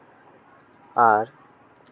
ᱟᱨ